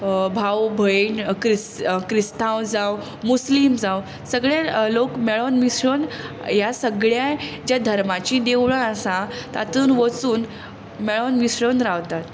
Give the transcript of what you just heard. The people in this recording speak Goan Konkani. भाव भयण क्रिस क्रिस्तांव जावं मुस्लीम जांव सगळे लोक मेळून मिसळून ह्या सगळ्या ज्या धर्माचीं देवळां आसा तातूंत वचून मेळून मिसळोन रावतात